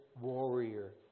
warrior